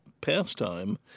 pastime